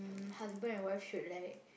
husband and wife should like